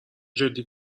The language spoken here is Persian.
جدی